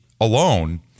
alone